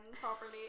properly